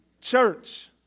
Church